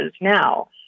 now